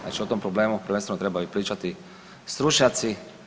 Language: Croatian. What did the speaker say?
Znači o tom problemu prvenstveno trebaju pričati stručnjaci.